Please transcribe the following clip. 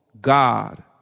God